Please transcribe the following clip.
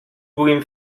puguin